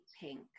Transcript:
pink